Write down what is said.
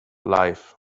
life